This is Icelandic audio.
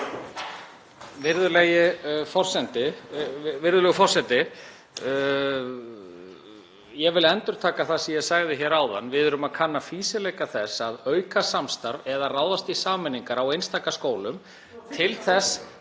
Við erum að kanna fýsileika þess að auka samstarf eða ráðast í sameiningar á einstaka skólum til þess